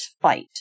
fight